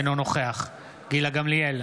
אינו נוכח גילה גמליאל,